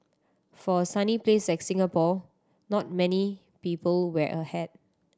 for a sunny place like Singapore not many people wear a hat